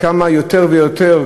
כמה יש יותר ויותר,